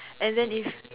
and then if